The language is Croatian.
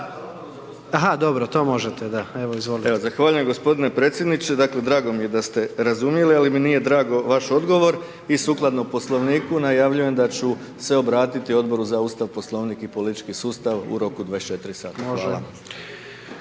Aha dobro, to možete da, evo izvolite. **Bauk, Arsen (SDP)** Zahvaljujem g. predsjedniče, drago mi je da ste razumjeli, ali mi nije drag vaš odgovor i sukladno poslovniku, najavljujem da ću se obratiti Odboru za Ustav, Poslovnik i politički sustav u roku 24 sata. Hvala.